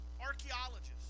Archaeologists